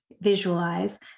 visualize